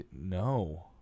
No